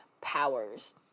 powers